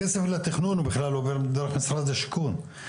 הכסף לתכנון הוא בכלל עובר דרך משרד השיכון.